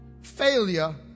Failure